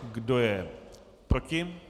Kdo je proti?